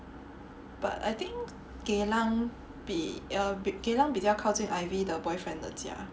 but I think Geylang 比 err Geylang 比较靠近 Ivy 的 boyfriend 的家